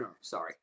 sorry